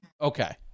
Okay